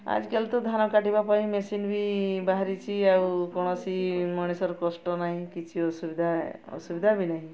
ଆଜିକାଲି ତ ଧାନ କାଟିବା ପାଇଁ ମେସିନ୍ ବି ବାହାରିଛି ଆଉ କୌଣସି ମଣିଷର କଷ୍ଟ ନାହିଁ କିଛି ଅସୁବିଧା ଅସୁବିଧା ବି ନାହିଁ